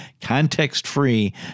context-free